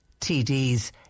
TDs